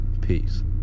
Peace